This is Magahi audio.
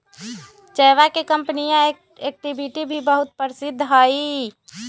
चयवा के कंपनीया एक्टिविटी भी बहुत प्रसिद्ध हई